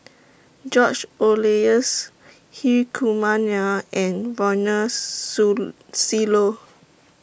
George Oehlers Hri Kumar Nair and Ronald Susilo